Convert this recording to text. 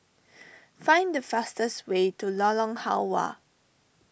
find the fastest way to Lorong Halwa